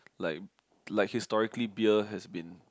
like like historically beer has been